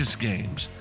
games